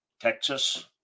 Texas